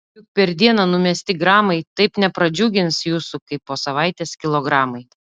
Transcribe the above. juk per dieną numesti gramai taip nepradžiugins jūsų kaip po savaitės kilogramai